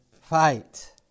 fight